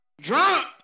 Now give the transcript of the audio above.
drunk